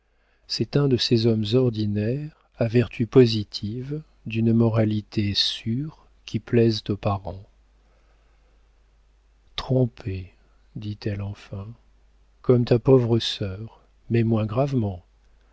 c'est un de ces hommes ordinaires à vertus positives d'une moralité sûre qui plaisent aux parents trompée dit-elle enfin comme ta pauvre sœur mais moins gravement